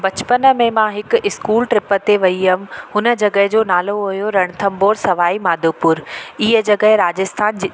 बचपन में मां हिकु इस्कूल ट्रिप ते वई हुअमि हुन जॻह जो नालो हुओ रणथंभौर सवाई माधोपुर इहा जॻह राजस्थान जे